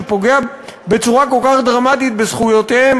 שפוגע בצורה כל כך דרמטית בזכויותיהם